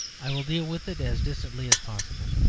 i will deal with it as distantly as possible.